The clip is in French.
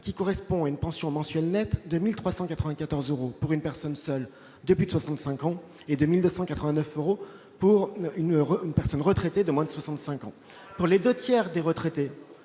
qui correspond à une pension mensuelle nette 2394 euros pour une personne seule depuis 65 ans, et 2289 euros pour une heure, une personne retraitée de moins de 65 ans, pour les 2 tiers des retraités,